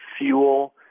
fuel